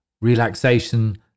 Relaxation